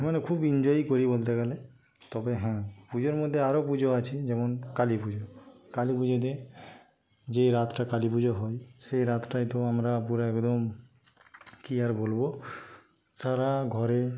মানে খুব এনজয়ই করি বলতে গেলে তবে হ্যাঁ পুজোর মধ্যে আরও পুজো আছে যেমন কালী পুজো কালী পুজোতে যেই রাতটা কালী পুজো হয় সেই রাতটায় তো আমরা পুরো একদম কী আর বলবো সারা ঘরে